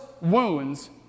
wounds